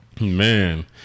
Man